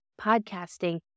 podcasting